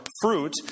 fruit